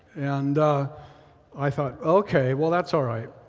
and i thought, okay, well, that's alright.